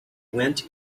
went